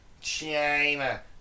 China